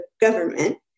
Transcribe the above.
government